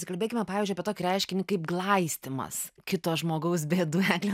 pasikalbėkime pavyzdžiui apie tokį reiškinį kaip glaistymas kito žmogaus bėdų egle